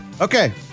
Okay